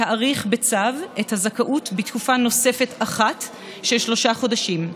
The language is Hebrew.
להאריך בצו את הזכאות בתקופה נוספת אחת של שלושה חודשים.